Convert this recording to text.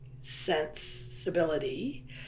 sensibility